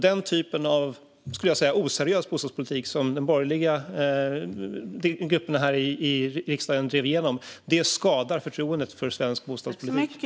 Den typ av oseriös bostadspolitik som den borgerliga gruppen här i riksdagen drev igenom skadar förtroendet för svensk bostadspolitik.